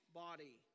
body